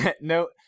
no